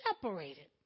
separated